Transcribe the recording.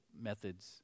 methods